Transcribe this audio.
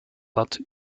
bat